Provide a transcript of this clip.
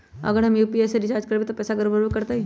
अगर हम यू.पी.आई से रिचार्ज करबै त पैसा गड़बड़ाई वो करतई?